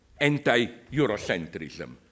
anti-Eurocentrism